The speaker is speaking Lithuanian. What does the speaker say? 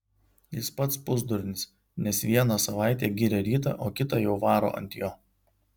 jis pats pusdurnis nes vieną savaitę giria rytą o kitą jau varo ant jo